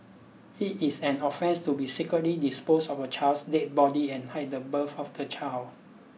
it is an offence to be secretly dispose of a child's dead body and hide the birth of the child